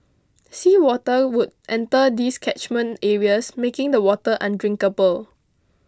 sea water would enter these catchment areas making the water undrinkable